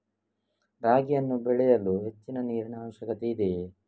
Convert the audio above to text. ರಾಗಿಯನ್ನು ಬೆಳೆಯಲು ಹೆಚ್ಚಿನ ನೀರಿನ ಅವಶ್ಯಕತೆ ಇದೆಯೇ?